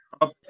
up